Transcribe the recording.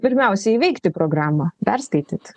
pirmiausia įveikti programą perskaityt